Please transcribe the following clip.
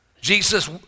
Jesus